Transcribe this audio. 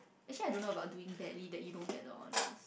actually I don't know about doing badly that you don't get the honours